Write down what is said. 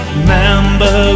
Remember